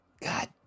God